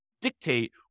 dictate